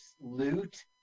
loot